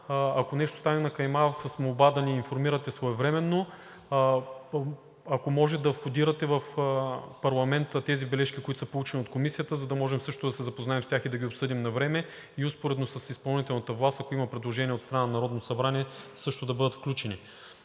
ако нещо стане на кайма, да ни информирате своевременно. Ако може, да входирате в парламента тези бележки, които са получени от Комисията, за да можем също да се запознаем с тях и да ги обсъдим навреме, и успоредно с изпълнителната власт, ако има предложения от страна на Народното събрание, също да бъдат включени.